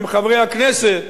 הם חברי הכנסת,